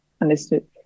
Understood